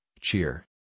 cheer